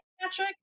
Patrick